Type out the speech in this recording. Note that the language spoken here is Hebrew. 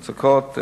מצקות,